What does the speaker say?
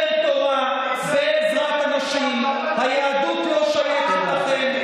בעזרת השם לא יקום ולא יהיה.